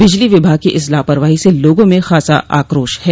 बिजली विभाग की इस लापरवाही से लोगों में खासा आक्रोश है